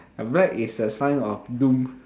black is the sign of doom